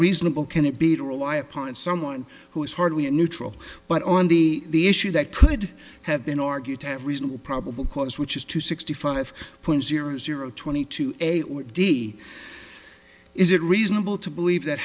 reasonable can it be to rely upon someone who is hardly a neutral but on the issue that could have been argued to have reasonable probable cause which is to sixty five point zero zero twenty two a or d is it reasonable to believe that